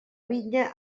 vinya